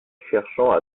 cherchant